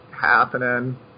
happening